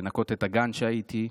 לנקות את הגן שבו הייתי,